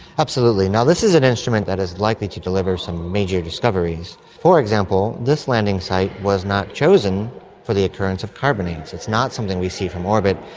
absolutely. and this is an instrument that is likely to deliver some major discoveries. for example, this landing site was not chosen for the occurrence of carbonates, it's not something we see from orbit.